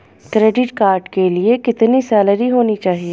Credit card के लिए कितनी सैलरी होनी चाहिए?